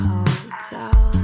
Hotel